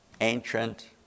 ancient